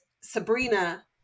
Sabrina